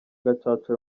gacaca